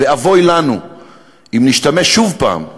ואבוי לנו אם נשתמש שוב פעם,